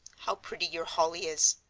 how pretty your holly is!